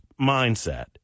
mindset